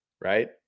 right